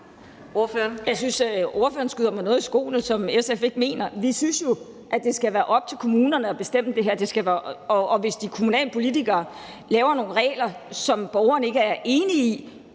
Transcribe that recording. Jeg synes, at ordføreren skyder mig noget i skoene, som SF ikke mener. Vi synes jo, at det skal være op til kommunerne at bestemme det her, og hvis kommunalpolitikerne laver nogle regler, som borgerne ikke er enige i,